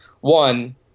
One